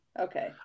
okay